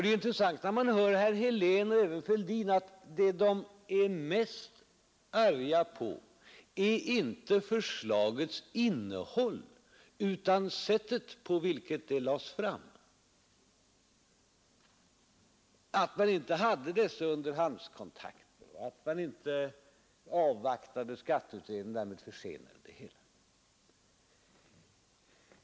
Det är intressant när man hör herr Helén och även herr Fälldin att konstatera att vad de är mest arga på är inte förslagets innehåll, utan sättet på vilket det lades fram, att man inte hade dessa underhandskontakter och att man inte avvaktade skatteutredningen och därmed försenade det hela.